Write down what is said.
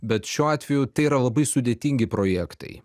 bet šiuo atveju tai yra labai sudėtingi projektai